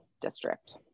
district